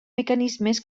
mecanismes